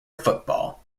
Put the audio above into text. football